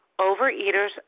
Overeaters